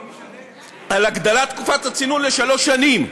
על הגדלת תקופת הצינון לשלוש שנים,